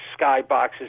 skyboxes